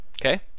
Okay